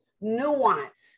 nuance